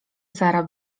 sara